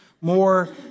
more